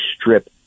strip